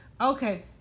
Okay